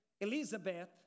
Elizabeth